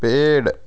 पेड़